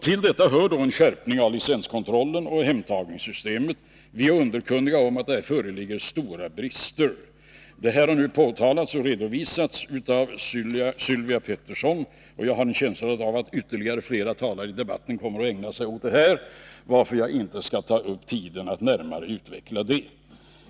Till detta hör en skärpning av licenskontrollen och hemtagningssystemet. Vi är underkunniga om att här föreligger stora brister. Detta har påtalats och redovisats av Sylvia Pettersson, och jag har en känsla av att ytterligare talare i debatten kommer att ägna sig åt dessa frågor, varför jag inte skall ta upp tiden med att närmare utveckla dem.